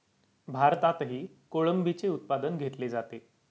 भारतातही कोळंबीचे उत्पादन घेतले जाते